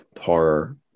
horror